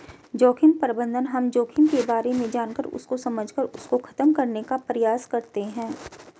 जोखिम प्रबंधन हम जोखिम के बारे में जानकर उसको समझकर उसको खत्म करने का प्रयास करते हैं